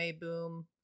boom